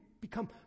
become